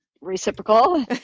reciprocal